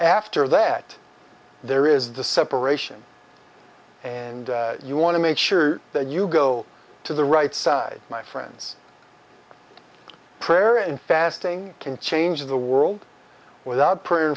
after that there is the separation and you want to make sure that you go to the right side my friends prayer and fasting can change the world without pray